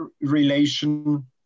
relation